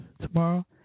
Tomorrow